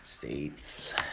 States